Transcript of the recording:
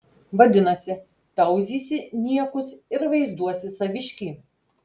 vadinasi tauzysi niekus ir vaizduosi saviškį